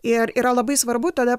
ir yra labai svarbu tada